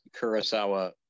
Kurosawa